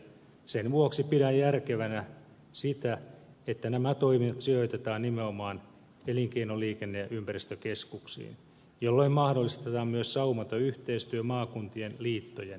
sen vuoksi pidän järkevänä sitä että nämä toiminnot sijoitetaan nimenomaan elinkeino liikenne ja ympäristökeskuksiin jolloin mahdollistetaan myös saumaton yhteistyö maakuntien liittojen kanssa